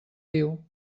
viu